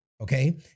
Okay